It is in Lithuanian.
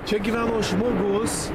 čia gyveno žmogus